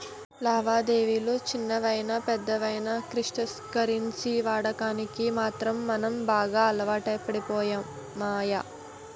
లావాదేవిలు చిన్నవయినా పెద్దవయినా క్రిప్టో కరెన్సీ వాడకానికి మాత్రం మనం బాగా అలవాటుపడిపోయాము